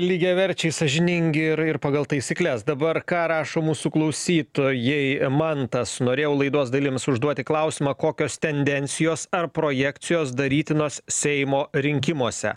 lygiaverčiai sąžiningi ir ir pagal taisykles dabar ką rašo mūsų klausytojai mantas norėjau laidos dalims užduoti klausimą kokios tendencijos ar projekcijos darytinos seimo rinkimuose